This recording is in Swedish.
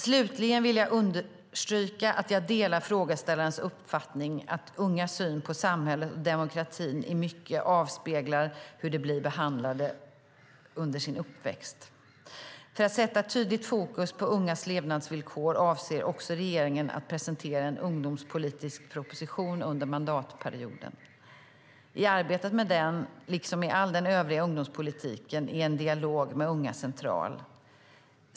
Slutligen vill jag understryka att jag delar frågeställarens uppfattning att ungas syn på samhället och demokratin i mycket avspeglar hur de blir behandlade under sin uppväxt. För att sätta tydligt fokus på ungas levnadsvillkor avser också regeringen att presentera en ungdomspolitisk proposition under mandatperioden. I arbetet med den - liksom i all den övriga ungdomspolitiken - är en dialog med unga central.